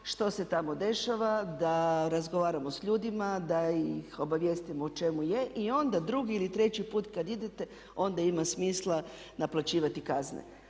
što se tamo dešava, da razgovaramo s ljudima, da ih obavijestimo o čemu je i onda drugi ili treći put kad idete onda ima smisla naplaćivati kazne.